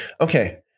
Okay